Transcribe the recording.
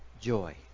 joy